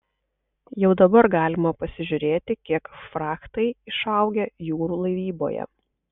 jau dabar galima pasižiūrėti kiek frachtai išaugę jūrų laivyboje